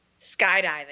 Skydiving